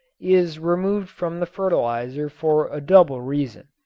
is removed from the fertilizer for a double reason.